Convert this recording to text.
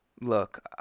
Look